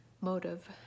motive